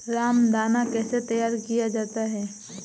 रामदाना कैसे तैयार किया जाता है?